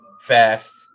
fast